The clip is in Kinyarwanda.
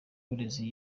w’uburezi